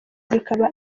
zikaba